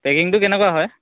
পেকিঙটো কেনেকুৱা হয়